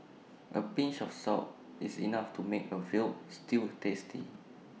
A pinch of salt is enough to make A Veal Stew tasty